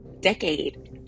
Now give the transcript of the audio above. decade